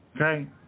Okay